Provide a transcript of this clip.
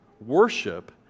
worship